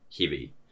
heavy